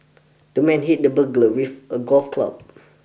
the man hit the burglar with a golf club